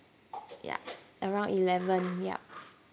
ya around eleven yup